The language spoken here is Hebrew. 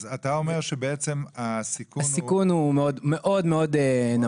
אז אתה אומר שבעצם הסיכון הוא --- הסיכון הוא מאוד מאוד נמוך.